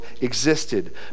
existed